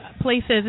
places